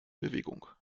bewegung